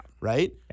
right